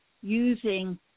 using